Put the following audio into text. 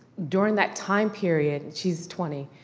during that time period, she's twenty,